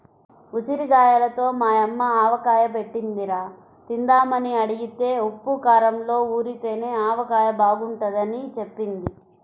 ఉసిరిగాయలతో మా యమ్మ ఆవకాయ బెట్టిందిరా, తిందామని అడిగితే ఉప్పూ కారంలో ఊరితేనే ఆవకాయ బాగుంటదని జెప్పింది